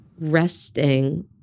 resting